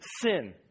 sin